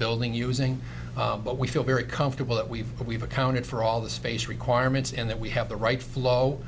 building using but we feel very comfortable that we've we've accounted for all the space requirements and that we have the right flow